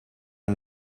and